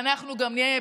אנחנו גם נהיה,